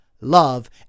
love